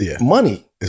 Money